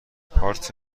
کارت